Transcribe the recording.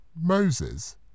Moses